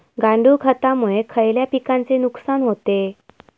गांडूळ खतामुळे खयल्या पिकांचे नुकसान होते?